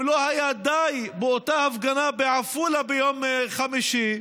אם לא היה די באותה הפגנה בעפולה ביום חמישי,